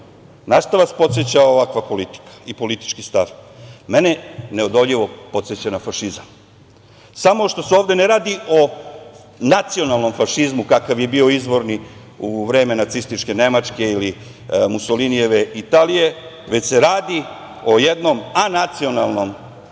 na šta vas podseća ovakva politika i politički stav? Mene neodoljivo podseća na fašizam. Samo što se ovde ne radi o nacionalnom fašizmu kakav je bio izvorni u vreme Nacističke Nemačke ili Musolinijeve Italije, već se radi o jednom anacionalnom